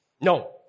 No